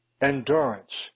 endurance